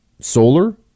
Solar